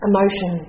Emotion